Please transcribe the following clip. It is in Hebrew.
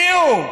מיהו?